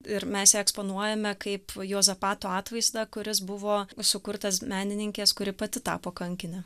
ir mes ją eksponuojame kaip juozapato atvaizdą kuris buvo sukurtas menininkės kuri pati tapo kankine